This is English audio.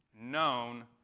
known